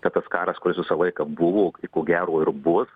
kad tas karas kuris visą laiką buvo ko gero ir bus